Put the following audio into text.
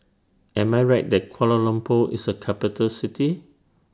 Am I Right that Kuala Lumpur IS A Capital City